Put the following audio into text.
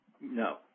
No